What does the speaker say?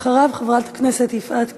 אחריו, חברת הכנסת יפעת קריב.